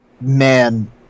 man